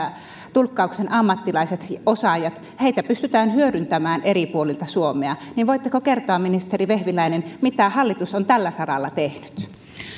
tulkkauksen ammattilaisia ja osaajia pystytään hyödyntämään eri puolilta suomea voitteko kertoa ministeri vehviläinen mitä hallitus on tällä saralla tehnyt